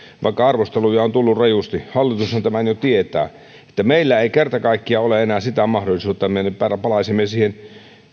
vaikka arvosteluja on tullut rajusti hallitushan tämän jo tietää meillä ei kerta kaikkiaan ole enää sitä mahdollisuutta että me palaisimme siihen